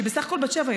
שהיא בסך הכול בת שבע,